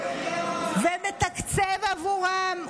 ומתקצב עבורם,